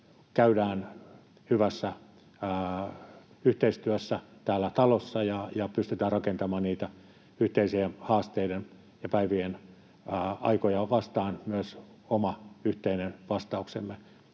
käydään hyvässä yhteistyössä täällä talossa ja pystytään rakentamaan yhteisten haasteiden ja päivien aikoja vastaan myös oma yhteinen vastauksemme.